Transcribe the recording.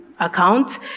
account